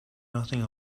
nothing